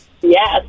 Yes